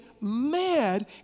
mad